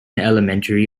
elementary